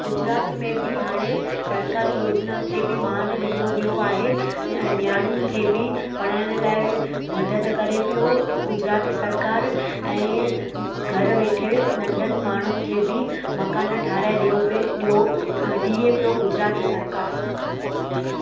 गुजरात में बि हाणे सरकारी योजनाउनि खे बि मान ॾिनो वियो आहे ऐं नियाणियुनि खे बि पढ़ाइण लाइ मदद करे पियो गुजरात सरकार ऐं घर वेठे नंढनि माण्हुनि खे बि मकान ठाराहे ॾियो पए ॾियो ॾिए पियो गुजरात सरकारु